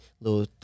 little